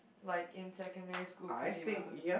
like in secondary school pretty well